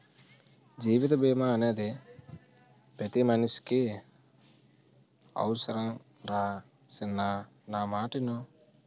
జీవిత బీమా అనేది పతి మనిసికి అవుసరంరా సిన్నా నా మాటిను